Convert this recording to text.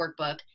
workbook